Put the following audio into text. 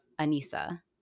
Anissa